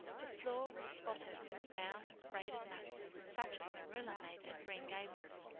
the floor was spotted with round, braided mats, such as marilla made at green gables,